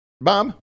Bob